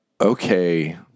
Okay